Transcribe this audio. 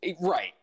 right